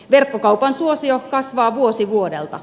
verkkokaupan suosio kasvaa vuosi vuodelta